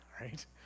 right